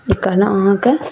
कहलहुँ अहाँके